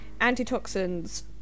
antitoxins